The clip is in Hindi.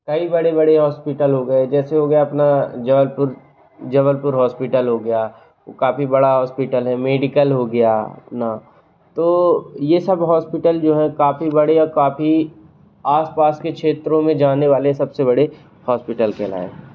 कई बड़े बड़े हॉस्पिटल हो गए जैसे हो गया अपना जबलपुर जबलपुर हॉस्पिटल हो गया वो काफ़ी बड़ा हॉस्पिटल है मेडिकल हो गया अपना तो ये सब हॉस्पिटल जो है काफ़ी बड़े और काफ़ी आस पास के क्षेत्रों में जाने वाले सब से बड़े हॉस्पिटल कहलाए